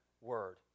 word